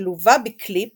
שלווה בקליפ